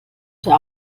der